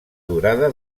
durada